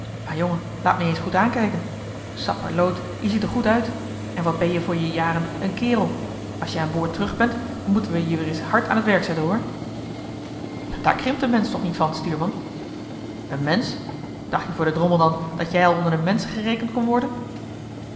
maar jongen laat me je eens goed aankijken sapperloot je ziet er goed uit en wat ben-je voor je jaren een kerel als je aan boord terug bent moeten we je weer eens hard aan t werk zetten hoor daar krimpt een mensch toch niet van stuurman joh h been paddeltje de scheepsjongen van michiel de ruijter een mensch dacht je voor den drommel dan dat jij al onder de menschen gerekend kon worden